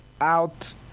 out